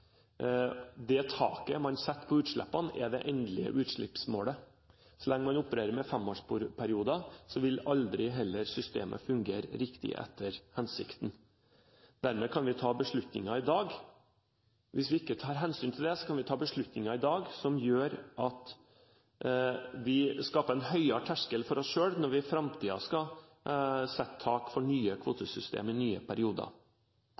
det taket man setter på utslippene, er det endelige utslippsmålet. Så lenge man opererer med femårsperioder, vil aldri heller systemet fungere riktig etter hensikten. Hvis vi ikke tar hensyn til det, kan vi dermed ta beslutninger i dag som gjør at vi skaper en høyere terskel for oss selv når vi i framtiden skal sette tak for nye kvotesystem i nye perioder.